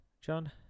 john